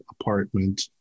apartment